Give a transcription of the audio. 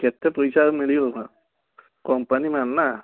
କେତେ ପଇସା ଆଉ ମିଳିବ କମ୍ପାନୀ ମାଲ୍ ନା